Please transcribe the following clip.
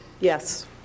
Yes